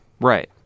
Right